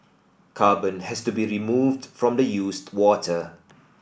carbon has to be removed from the used water